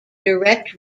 direct